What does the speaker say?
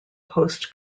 post